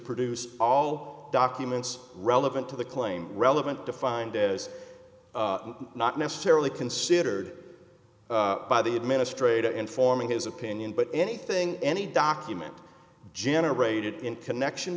produce all documents relevant to the claim relevant defined as not necessarily considered by the administrator informing his opinion but anything any document generated in connection